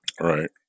Right